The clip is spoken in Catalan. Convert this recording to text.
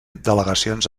delegacions